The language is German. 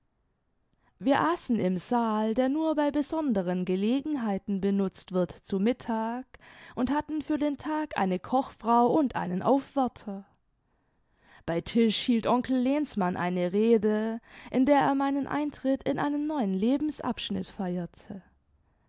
wir aßen im saal der nur bei besonderen gelegenheiten benutzt wird zu mittag und hatten für den tag eine kochfrau und einen aufwärter bei tisch hielt onkel lehnsmann eine rede in der er meinen eintritt in einen neuen lebensabschnitt feierte